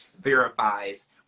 verifies